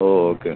okay